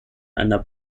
einer